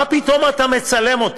מה פתאום אתה מצלם אותי.